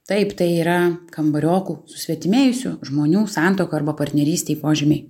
taip tai yra kambariokų susvetimėjusių žmonių santuoka arba partnerystėj požymiai